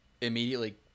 immediately